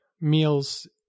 meals